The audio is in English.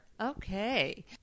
Okay